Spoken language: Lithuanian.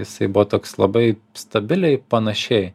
jisai buvo toks labai stabiliai panašiai